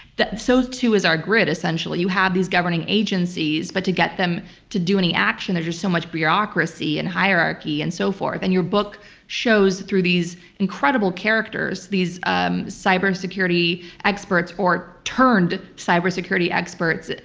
so, too, is our grid. essentially, you have these governing agencies, but to get them to do any action, there's just so much bureaucracy and hierarchy and so forth. and your book shows through these incredible characters, these um cybersecurity experts or turned cybersecurity experts,